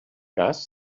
cas